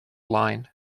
line